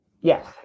Yes